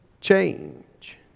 change